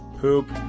Poop